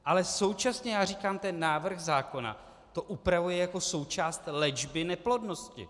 Ale současně já říkám, ten návrh zákona to upravuje jako součást léčby neplodnosti.